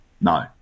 No